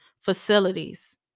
Facilities